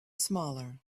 smaller